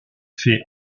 fait